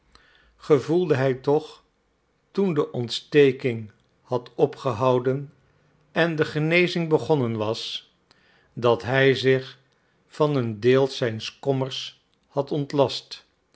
gevoelde hij toch toen de ontsteking had opgehouden en de genezing begonnen was dat hij zich van een deels zijns kommers had ontlast